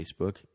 Facebook